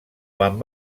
quan